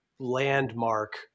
Landmark